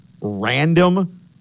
random